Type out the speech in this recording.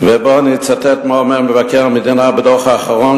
בואו אני אצטט מה אומר מבקר המדינה בדוח האחרון